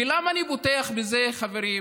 ולמה אני פותח בזה, חברים?